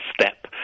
step